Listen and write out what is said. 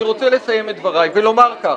אני רוצה לומר כך: